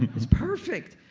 it's perfect.